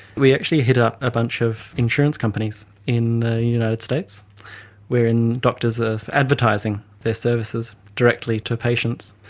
we actually hit up a bunch of insurance companies in the united states wherein doctors are advertising their services directly to patients.